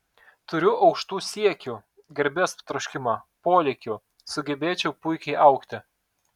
turiu aukštų siekių garbės troškimą polėkių sugebėčiau puikiai augti